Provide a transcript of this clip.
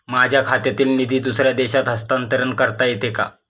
माझ्या खात्यातील निधी दुसऱ्या देशात हस्तांतर करता येते का?